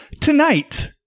Tonight